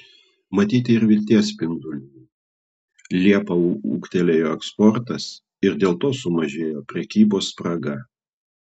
matyti ir vilties spindulių liepą ūgtelėjo eksportas ir dėl to sumažėjo prekybos spraga